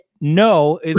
No